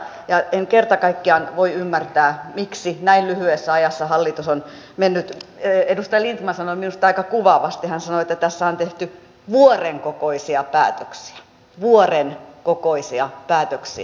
en kerta kaikkiaan voi ymmärtää miksi näin lyhyessä ajassa hallitus on tehnyt edustaja lindtman sanoi minusta aika kuvaavasti hän sanoi että tässä on tehty vuoren kokoisia päätöksiä vuoren kokoisia päätöksiä